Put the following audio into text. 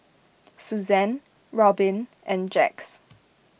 Suzann Robyn and Jax